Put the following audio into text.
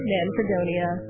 Manfredonia